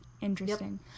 Interesting